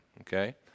okay